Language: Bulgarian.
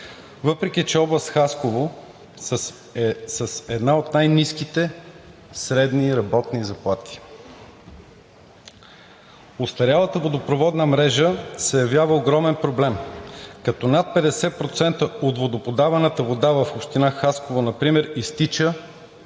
въпреки че област Хасково е с една от най-ниските средни работни заплати. Остарялата водопроводна мрежа се явява огромен проблем, като над 50% от водоподаваната вода в община Хасково например изтича